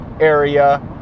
area